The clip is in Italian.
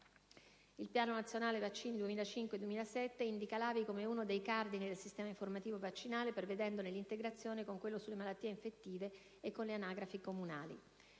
il Piano nazionale vaccini 2005-2007 indicava l'AVI come uno dei cardini del sistema informativo vaccinale, prevedendone l'integrazione con quello sulle malattie infettive e con le anagrafi comunali;